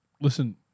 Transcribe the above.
Listen